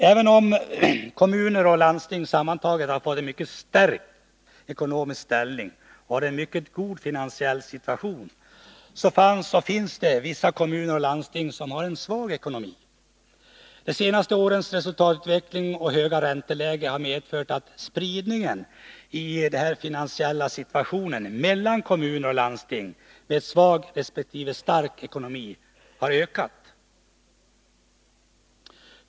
Även om kommuner och landsting sammantaget hade fått en mycket stärkt ekonomisk ställning och hade en mycket god finansiell situation, fanns och finns det vissa kommuner och landsting med svag ekonomi. De senaste årens resultatutveckling och höga ränteläge har medfört att spridningen i finansiell situation mellan kommuner och landsting med svag resp. stark ekonomi har ökat.